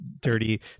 Dirty